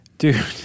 Dude